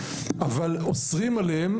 אבל אוסרים עליהם,